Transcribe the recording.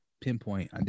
pinpoint